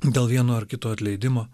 dėl vieno ar kito atleidimo